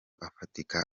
afatika